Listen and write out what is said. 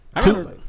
Two